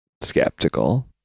skeptical